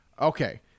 Okay